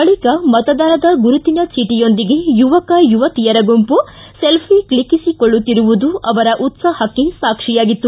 ಬಳಿಕ ಮತದಾನದ ಗುರುತಿನ ಚೀಟಯೊಂದಿಗೆ ಯುವಕ ಯುವತಿಯರ ಗುಂಪು ಸೆಲ್ಫಿ ಕ್ಲಿಕ್ಕಿಸಿಕೊಳ್ಳುತ್ತಿರುವದು ಅವರ ಉತ್ಸಾಹಕ್ಕೆ ಸಾಕ್ಷಿಯಾಗಿತ್ತು